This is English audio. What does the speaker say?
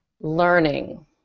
learning